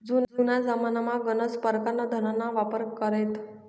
जुना जमानामा गनच परकारना धनना वापर करेत